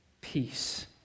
Peace